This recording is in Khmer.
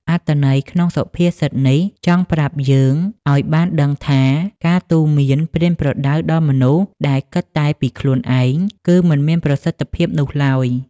អត្ថន័យក្នុងសុភាសិតនេះចង់ប្រាប់យើងឱ្យបានដឹងថា ការទូន្មានប្រៀនប្រដៅដល់មនុស្សដែលគិតតែពីខ្លួនឯងគឺគញមានប្រសិទ្ធិភាពនោះឡើយ។